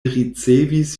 ricevis